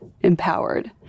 empowered